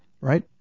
right